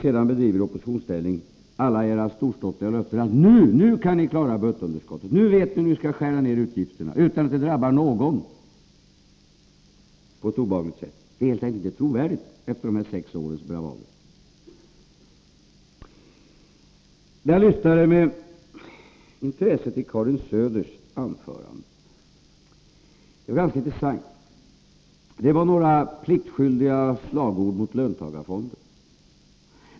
Alla era storståtliga löften som ni kommer med i oppositionsställning — nu kan ni klara budgetunderskottet, nu vet ni hur ni skall skära ned utgifterna, utan att det drabbar någon på ett obehagligt sätt — är helt enkelt inte trovärdiga efter de här sex årens bravader. Jag lyssnade med intresse till Karin Söders anförande. Det var ganska intressant. Det var några pliktskyldiga slagord mot löntagarfonderna.